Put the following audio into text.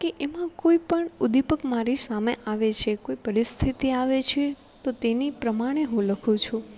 કે એમાં કોઈપણ ઉદ્દીપક મારી સામે આવે છે કોઈ પરિસ્થિતિ આવે છે તો તેની પ્રમાણે હું લખું છું